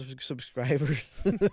subscribers